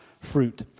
fruit